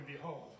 behold